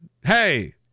Hey